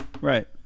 Right